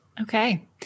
Okay